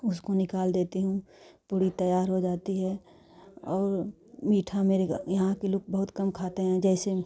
उसको निकाल देती हूँ पूड़ी तैयार हो जाती है और मीठा मेरे घर यहाँ के लोग बहुत कम खाते हैं जैसे